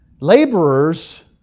Laborers